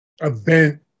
event